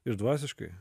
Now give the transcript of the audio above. ir dvasiškai